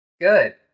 good